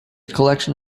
collection